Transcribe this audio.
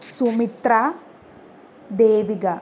Sumitra Devika